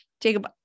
Jacob